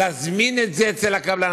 להזמין את זה אצל הקבלן,